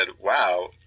wow